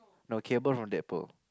no Cable from Deadpool